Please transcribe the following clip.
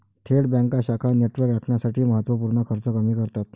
थेट बँका शाखा नेटवर्क राखण्यासाठी महत्त्व पूर्ण खर्च कमी करतात